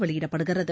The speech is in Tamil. வெளியிடப்படுகிறது